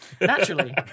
Naturally